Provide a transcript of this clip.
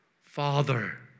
Father